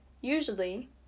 Usually